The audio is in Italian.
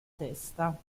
testa